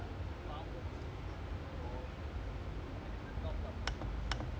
the farmers league it throwing I mean still top lah but like